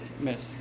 miss